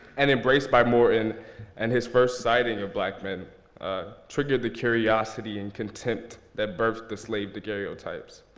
and embraced by morton and his first sighting of black men triggered the curiosity and contempt that birthed the slave daguerreotypes.